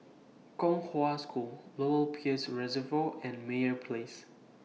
Kong Hwa School Lower Peirce Reservoir and Meyer Place